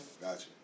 Gotcha